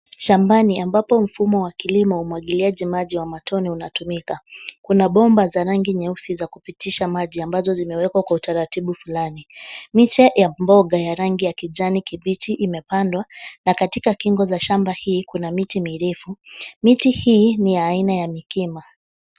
Shambani ambapo mfumo wa kilimo wa umwagiliaji maji wa matone unatumika. Kuna bomba za rangi nyeusi za kupitisha maji ambazo zimewekwa kwa utaratibu fulani. Miche ya mboga ya rangi ya kijani kibichi imepandwa na katika kingo za shamba hii kuna miti mirefu. Miti hii ni ya aina ya mikema